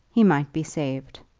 he might be saved.